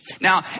Now